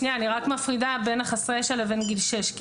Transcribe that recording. אני מפרידה בין חסרי הישע לבין גיל שש.